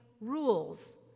rules